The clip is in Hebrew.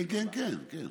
כן, כן, כן.